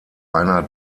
einer